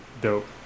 dope